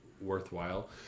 worthwhile